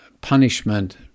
punishment